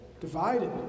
divided